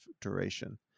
duration